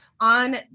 on